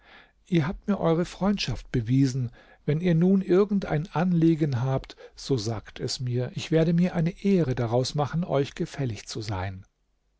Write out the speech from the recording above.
ihr habt mir eure freundschaft bewiesen wenn ihr nun irgendein anliegen habt so sagt es mir ich werde mir eine ehre daraus machen euch gefällig zu sein